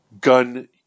gun